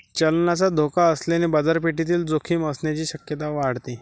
चलनाचा धोका असल्याने बाजारपेठेतील जोखीम असण्याची शक्यता वाढते